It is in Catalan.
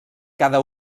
cada